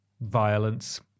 violence